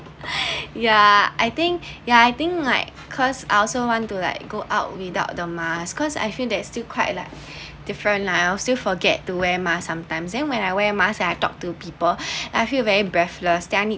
yeah I think yeah I think like cause I also want to like go out without the mask cause I feel that still quite like different I also forget to wear mask sometimes then when I wear masks I've talked to people I feel very breathless then I need